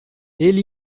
ele